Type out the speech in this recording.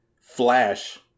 flash